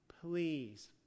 please